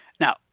Now